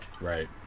Right